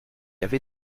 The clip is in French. avait